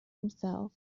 himself